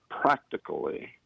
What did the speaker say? practically